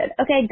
Okay